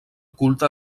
culte